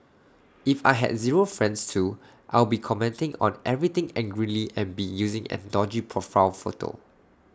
if I had zero friends too I'd be commenting on everything angrily and be using an dodgy profile photo